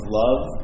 love